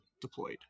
deployed